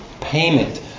payment